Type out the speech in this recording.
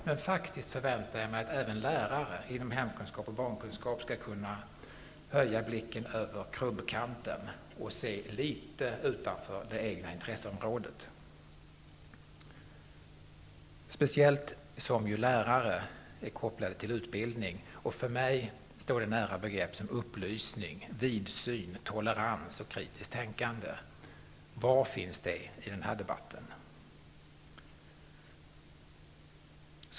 Men faktiskt förväntar jag mig att även lärare inom hemkunskap och barnkunskap skall kunna höja blicken över krubbkanten och se litet utanför det egna intresseområdet, speciellt som ju lärare är kopplade till utbildning. För mig står de nära begrepp som upplysning, vidsynthet, tolerans och kritiskt tänkande. Var finns allt detta i den här debatten?